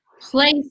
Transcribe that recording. place